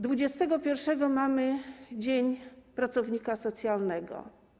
Dwudziestego pierwszego mamy Dzień Pracownika Socjalnego.